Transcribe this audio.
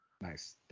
Nice